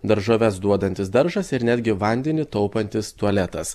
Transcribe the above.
daržoves duodantis daržas ir netgi vandenį taupantis tualetas